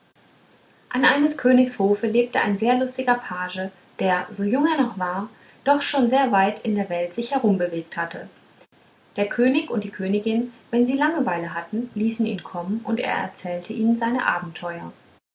an eines königs hofe lebte ein sehr lustiger page der so jung er noch war doch schon sehr weit in der welt sich herumbewegt hatte der könig und die königin wenn sie langeweile hatten ließen ihn kommen und er erzählte ihnen seine abenteuer